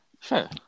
Sure